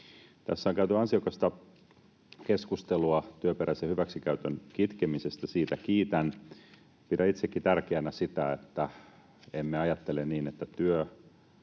Tässä on käyty ansiokasta keskustelua työperäisen hyväksikäytön kitkemisestä — siitä kiitän. Pidän itsekin tärkeänä sitä, että emme ajattele niin, että työ